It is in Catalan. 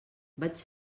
vaig